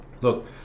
look